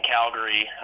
Calgary